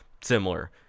similar